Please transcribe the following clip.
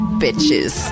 bitches